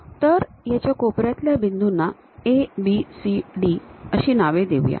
तर याच्या कोपऱ्यातल्या बिंदूंना A B C D अशी नवे देऊया